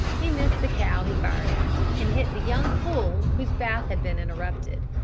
he missed the cow he fired at and hit the young bull whose bath had been interrupted.